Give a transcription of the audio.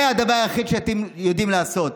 זה הדבר היחיד שאתם יודעים לעשות.